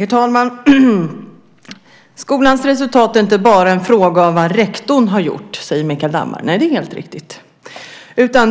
Herr talman! Skolans resultat är inte bara en fråga om vad rektorn har gjort, säger Mikael Damberg. Det är helt riktigt.